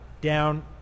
down